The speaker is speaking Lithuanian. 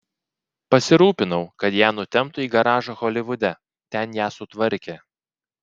pasirūpinau kad ją nutemptų į garažą holivude ten ją sutvarkė